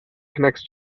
connects